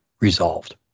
resolved